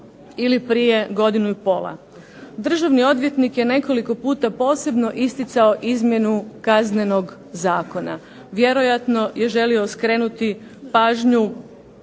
Državni odvjetnik je nekoliko puta posebno isticao izmjenu Kaznenog zakona. Vjerojatno je želio skrenuti pažnju